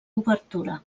obertura